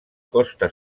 costa